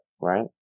right